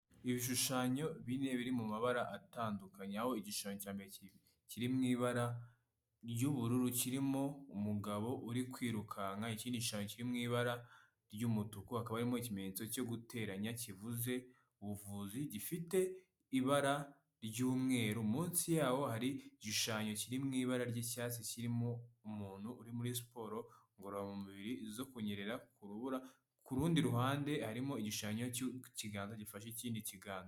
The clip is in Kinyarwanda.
Ibishushanyo bine biri mu mabara atandukanye aho igishushanyo cya mbere kiri mu ibara ry'ubururu kirimo umugabo uri kwirukanka, icyindi gishanyo kiri mu ibara ry'umutuku akaba arimo ikimenyetso cyo guteranya kivuze ubuvuzi, gifite ibara ry'umweru munsi yaho hari igishushanyo kiri mu ibara ry'icyatsi kirimo umuntu uri muri siporo ngororamubiri zo kunyerera ku rubura ku rundi ruhande harimo igishushanyo cy'ikiganza gifashe ikindi kiganza.